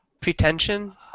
pretension